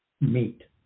meet